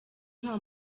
nta